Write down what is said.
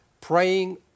Praying